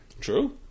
True